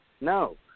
no